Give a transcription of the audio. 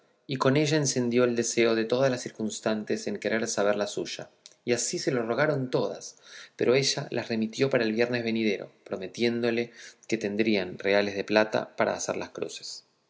y con ella encendió el deseo de todas las circunstantes en querer saber la suya y así se lo rogaron todas pero ella las remitió para el viernes venidero prometiéndole que tendrían reales de plata para hacer las cruces